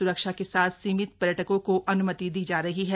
स्रक्षा के साथ सीमित पर्यटकों को अन्मति दी जा रही है